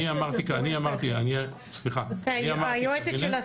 אני אמרתי - ראשית, קבינט של